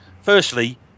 Firstly